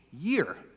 year